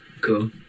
Cool